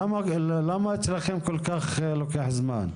למה אצלכם כל כך לוקח זמן?